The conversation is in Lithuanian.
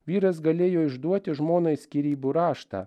vyras galėjo išduoti žmonai skyrybų raštą